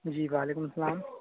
جی وعلیکم سلام